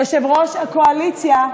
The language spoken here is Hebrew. יושב-ראש הקואליציה,